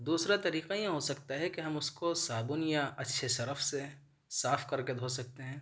دوسرا طریقہ یہ ہو سکتا ہے کہ ہم اس کو صابن یا اچھے سرف سے صاف کر کے دھو سکتے ہیں